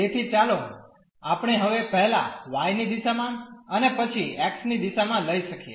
તેથી ચાલો આપણે હવે પહેલા y ની દિશામાં અને પછી x ની દિશામાં લઈ શકીએ